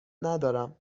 ندارم